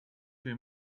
too